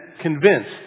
convinced